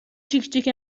جیکجیک